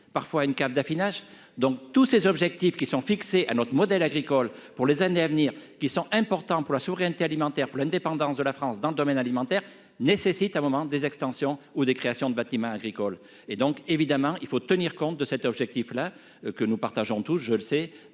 parfois une cave d'affinage, donc tous ces objectifs qui sont fixés à notre modèle agricole pour les années à venir qui sont importants pour la souveraineté alimentaire pour l'indépendance de la France dans le domaine alimentaire nécessite un moment des extensions ou des créations de bâtiments agricoles et donc évidemment il faut tenir compte de cet objectif-là que nous partageons tous, je le sais